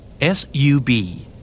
S-U-B